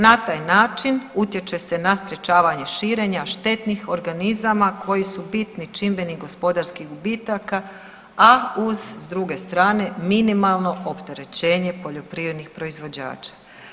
Na taj način utječe se na sprječavanje širenja štetnih organizama koji su bitni čimbenik gospodarskih gubitaka, a uz s druge strane minimalno opterećenje poljoprivrednih proizvođača.